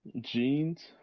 jeans